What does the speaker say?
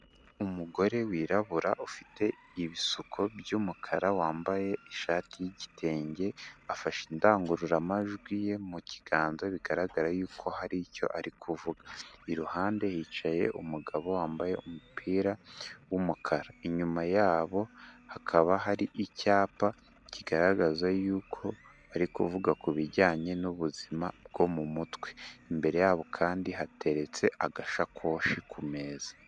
Umugore wirabura ufite ibisuko by'umukara wambaye ishati y'igitenge, afashe indangururamajwi ye mu kiganza bigaragara yuko hari icyo ari kuvuga, iruhande hicaye umugabo wambaye umupira w'umukara, inyuma yabo hakaba hari icyapa kigaragaza yuko bari kuvuga kujyanye n'ubuzima bwo mu mutwe, imbere yabo kandi hateretse agasakoshi ku meza.